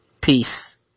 Peace